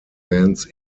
bands